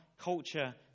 culture